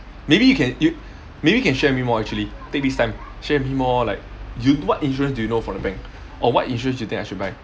maybe you can you maybe you can share me more actually take this time share with me more like you what insurance do you know for the bank or what insurance you think I should buy